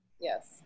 yes